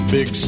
Big